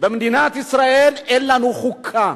במדינת ישראל אין לנו חוקה.